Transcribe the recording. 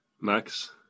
Max